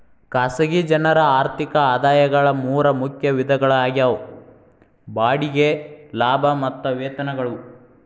ಖಾಸಗಿ ಜನರ ಆರ್ಥಿಕ ಆದಾಯಗಳ ಮೂರ ಮುಖ್ಯ ವಿಧಗಳಾಗ್ಯಾವ ಬಾಡಿಗೆ ಲಾಭ ಮತ್ತ ವೇತನಗಳು